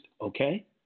Okay